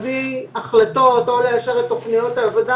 החלטות או לאשר את תוכניות העבודה.